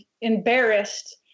embarrassed